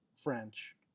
French